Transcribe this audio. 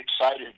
excited